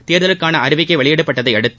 தேர்தலுக்கான அறிவிக்கை வெளியிடப்பட்டதையடுத்து